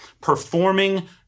performing